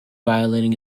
violating